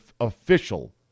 official